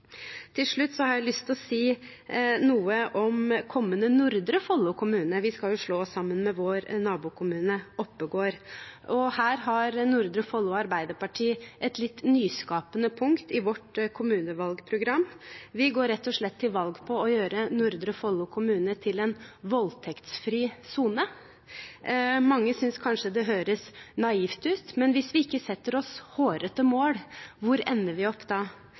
Til slutt har jeg lyst til å si noe om kommende Nordre Follo kommune. Vi skal jo slås sammen med vår nabokommune Oppegård. Her har Nordre Follo Arbeiderparti et litt nyskapende punkt i sitt kommunevalgprogram. Vi går rett og slett til valg på å gjøre Nordre Follo kommune til en voldtektsfri sone. Mange synes kanskje det høres naivt ut, men hvis vi ikke setter oss hårete mål, hvor ender vi opp da?